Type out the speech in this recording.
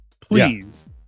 please